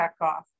checkoff